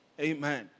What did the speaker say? Amen